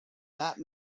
that